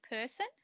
person